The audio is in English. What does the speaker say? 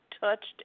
touched